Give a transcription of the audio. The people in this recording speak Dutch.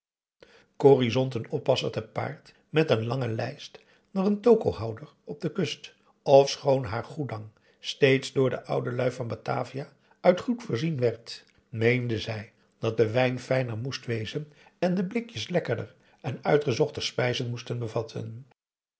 corrie zond een oppasser te paard met een lange lijst naar een tokohouder op de kust ofschoon haar goedang steeds door de oude lui van batavia uit goed voorzien werd meende zij dat de wijn fijner moest wezen en de blikjes lekkerder en uitgezochter spijzen moesten bevatten